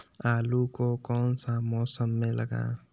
आलू को कौन सा मौसम में लगाए?